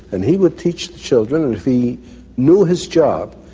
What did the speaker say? and he would teach the children. and if he knew his job,